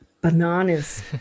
bananas